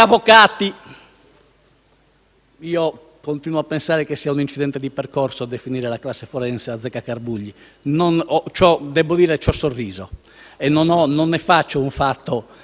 Io continuo a pensare che sia un incidente di percorso definire la classe forense come azzeccagarbugli. Debbo dire che ne ho sorriso e che non ne faccio un fatto di